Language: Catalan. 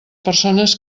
persones